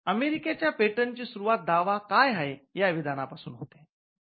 अमेरिकेच्या पेटंट ची सुरुवात 'दावा काय आहे' या विधानापासून होते